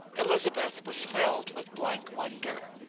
elizabeth was filled with blank wonder.